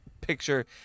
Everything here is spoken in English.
picture